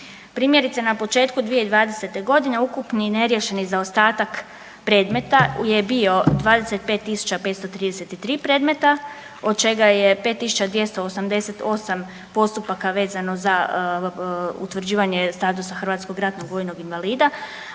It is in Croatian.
Primjerice na početku 2020. godine ukupni neriješeni zaostatak predmeta je bio 25 tisuća 533 predmeta od čega je 5 tisuća 288 postupaka vezano za utvrđivanje statusa hrvatskog ratnog vojnog invalida,